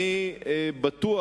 אני בטוח,